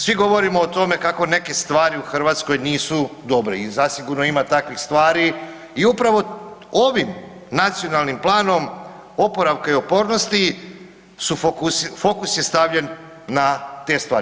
Svi govorimo o tome kako neke stvari u Hrvatskoj i nisu dobre i zasigurno ima takvih stvari i upravo ovim nacionalnim planom oporavka i otpornosti fokus je stavljen na te stvari.